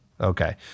Okay